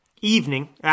evening